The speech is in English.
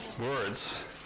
words